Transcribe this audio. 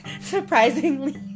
Surprisingly